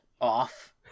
off